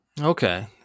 Okay